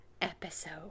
episode